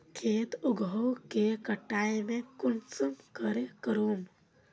खेत उगोहो के कटाई में कुंसम करे करूम?